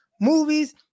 movies